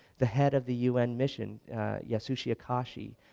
the head of the un mission yasushi akashi